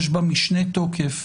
יש בה משנה תוקף